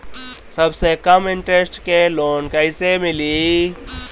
सबसे कम इन्टरेस्ट के लोन कइसे मिली?